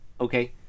Okay